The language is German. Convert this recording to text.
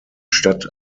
stadt